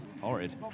horrid